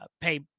pay